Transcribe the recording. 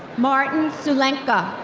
martin sulenca.